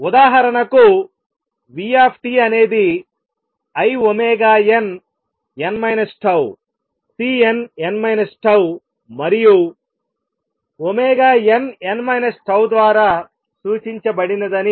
ఉదాహరణకు v అనేది inn τCnn τ మరియు nn τ ద్వారా సూచించబడినదని